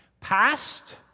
past